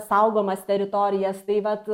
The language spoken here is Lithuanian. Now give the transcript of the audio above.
saugomas teritorijas tai vat